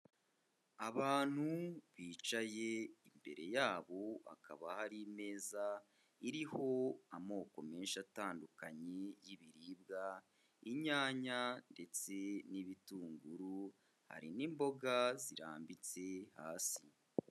Abantu bicaye imbere yabo hakaba hari imeza, iriho amoko menshi atandukanye y'ibiribwa inyanya ndetse n'ibitunguru, hari n'imboga zirambitse hasi.